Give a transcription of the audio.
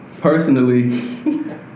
personally